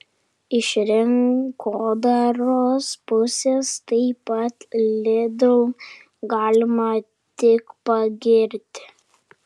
iš rinkodaros pusės taip pat lidl galima tik pagirti